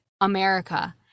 America